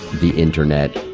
the internet,